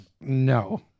no